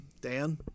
Dan